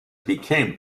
became